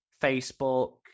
Facebook